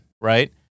right